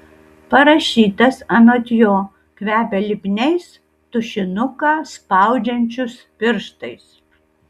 parašytas anot jo kvepia lipniais tušinuką spaudžiančius pirštais